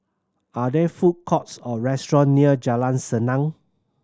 are there food courts or restaurant near Jalan Senang